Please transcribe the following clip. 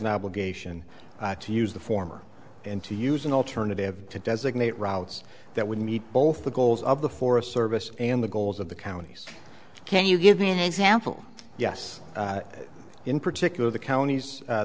an obligation to use the former and to use an alternative to designate routes that would meet both the goals of the forest service and the goals of the counties can you give me an example yes in particular the counties